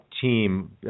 team